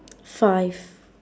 five